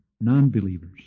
non-believers